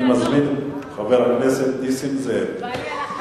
אני מזמין את חבר הכנסת נסים זאב.